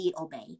obey